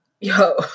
Yo